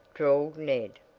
drawled ned.